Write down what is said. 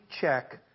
check